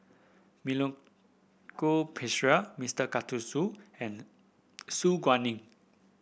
Milenko Prvacki Mister Karthigesu and Su Guaning